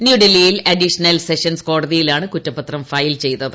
ന്യൂഡൽഹിയിൽ additional sessions കോടതിയിലാണ് കുറ്റപത്രം ഫയൽ ചെയ്തത്